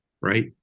right